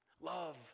Love